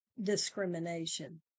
discrimination